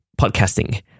podcasting